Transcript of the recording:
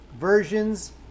versions